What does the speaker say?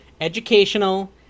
educational